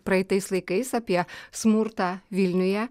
praeitais laikais apie smurtą vilniuje